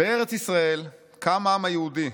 "בארץ ישראל קם העם היהודי,